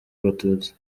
abatutsi